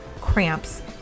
cramps